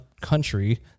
country